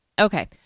Okay